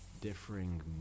differing